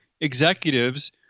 executives